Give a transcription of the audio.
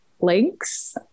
links